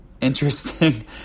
interesting